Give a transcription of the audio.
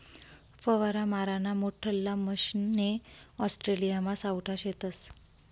फवारा माराना मोठल्ला मशने ऑस्ट्रेलियामा सावठा शेतस